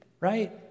Right